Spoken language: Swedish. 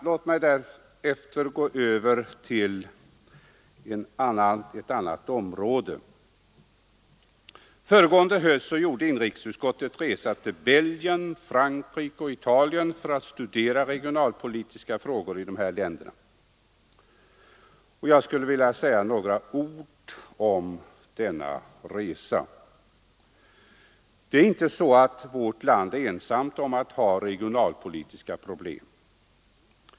Låt mig därefter gå över till ett annat område. Föregående höst gjorde inrikesutskottet en resa till Belgien, Frankrike och Italien för att studera regionalpolitiska frågor i dessa länder. Jag skulle vilja säga några ord om denna resa. Det är inte så att vårt land är ensamt om att ha regionalpolitiska problem.